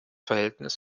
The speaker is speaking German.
verhältnis